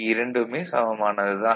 இரண்டுமே சமமானது தான்